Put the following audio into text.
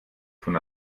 von